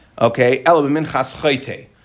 okay